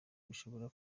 bushobora